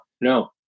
No